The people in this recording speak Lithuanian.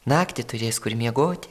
naktį turės kur miegoti